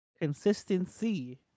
consistency